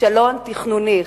כישלון תכנוני.